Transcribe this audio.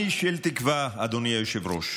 אני איש של תקווה, אדוני היושב-ראש.